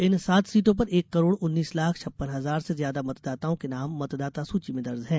इन सात सीटों पर एक करोड़ उन्नीस लाख छप्पन हजार से ज्यादा मतदाताओं के नाम मतदाता सूची में दर्ज है